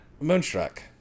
Moonstruck